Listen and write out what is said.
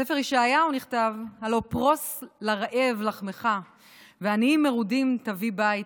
בספר ישעיהו נכתב: "הלוא פרֹס לרעב לחמך ועניים מרודים תביא בית,